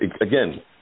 again